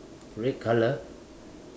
red colour